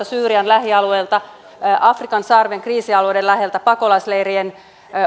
syyrian lähialueilta afrikan sarven kriisialueiden läheltä pakolaisleirien